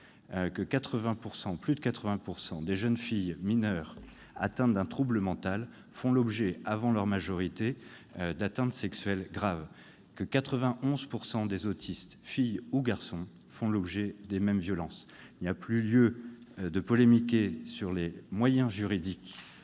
que plus de 80 % des petites filles mineures atteintes d'un trouble mental font l'objet avant leur majorité d'atteintes sexuelles graves, que 91 % des mineurs autistes, filles ou garçons, font l'objet des mêmes violences. Il n'y a plus lieu de polémiquer sur les moyens juridiques.